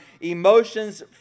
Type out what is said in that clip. emotions